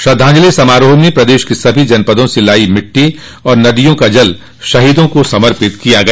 श्रद्धांजलि समारोह में प्रदेश के सभी जनपदों से लाई गई मिट्टी और नदियों का जल शहीदों को समर्पित किया गया